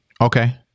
Okay